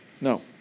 No